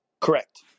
Correct